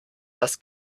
das